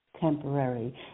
temporary